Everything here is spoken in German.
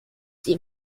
sie